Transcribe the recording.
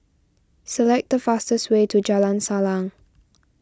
select the fastest way to Jalan Salang